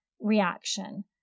reaction